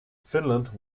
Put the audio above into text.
finland